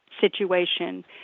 situation